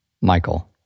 michael